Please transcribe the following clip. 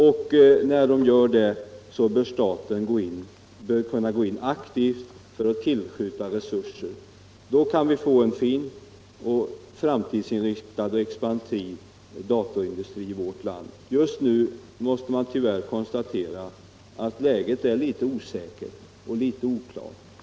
I en sådan process bör också staten kunna medverka aktivt genom att tillskjuta resurser. Då kan vi få en fin, framtidsinriktad och expansiv datorindustri i vårt land. Just nu måste man tyvärr konstatera att läget är litet oklart.